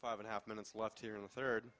five and a half minutes left here in the third